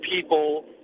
people